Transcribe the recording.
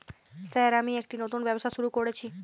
Sir আমি একটি নতুন ব্যবসা শুরু করেছি?